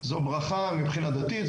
זו ברכה מבחינה דתית,